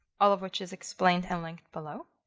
all of which is explained and linked below.